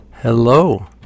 Hello